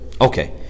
Okay